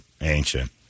ancient